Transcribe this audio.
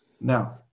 Now